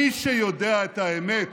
מי שיודע את האמת